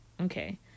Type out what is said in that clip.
Okay